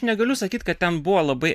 negaliu sakyt kad ten buvo labai